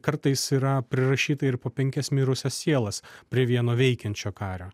kartais yra prirašyta ir po penkias mirusias sielas prie vieno veikiančio kario